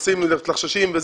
מתלחששים.